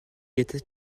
est